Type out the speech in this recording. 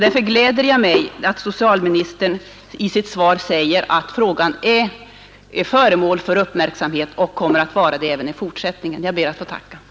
Därför gläder jag mig över att socialministern i sitt svar säger att frågan är föremål för uppmärksamhet och kommer att vara det även i fortsättningen. Jag ber att ännu en gång få tacka.